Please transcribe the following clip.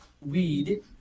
weed